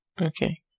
Okay